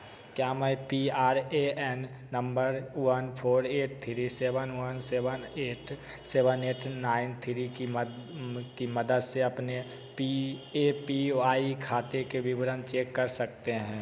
क्या मैं P R A N number one four eight three seven one seven eight seven eight nine three की मद की मदद से अपने पी ए पी वाई खाते का विवरण चेक कर सकता हूँ